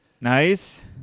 Nice